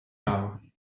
now